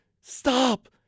Stop